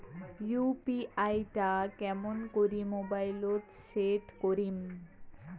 UPI টা কেমন করি মোবাইলত সেট করিম?